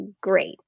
great